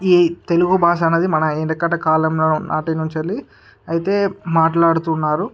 ఈ తెలుగు భాష అనేది మన ఎనకట కాలంలో నాటి నుంచి అయితే మాట్లాడుతున్నారు